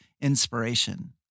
inspiration